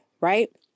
right